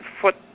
foot